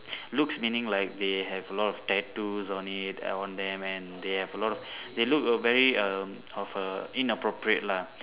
looks meaning like they have a lot of tattoos on it on them and they have a lot of they look very um of a inappropriate lah